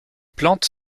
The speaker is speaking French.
plantes